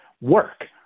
work